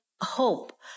hope